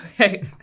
Okay